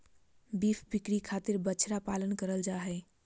beef बिक्री खातिर बछड़ा पालन करल जा हय